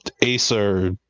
acer